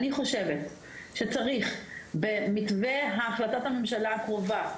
אני חושבת שצריך במתווה החלטת הממשלה הקרובה,